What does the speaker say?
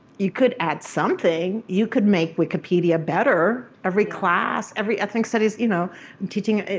you could add something. you could make wikipedia better. every class, every ethnic studies, you know and teaching,